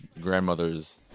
grandmother's